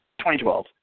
2012